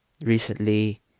recently